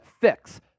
fix